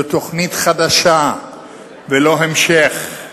זו תוכנית חדשה ולא המשך,